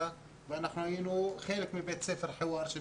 אנחנו היינו חלק מבית ספר חיוואר.